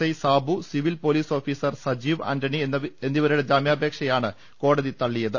I Sabu civil police officer Sajeev Antony എന്നവരുടെ ജാമ്യാ പേക്ഷയാണ് കോടതി തള്ളിയത്